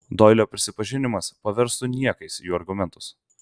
doilio prisipažinimas paverstų niekais jų argumentus